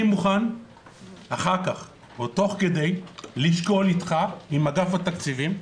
מוכן אחר כך או תוך כדי לשקול אתך ועם אגף התקציבים,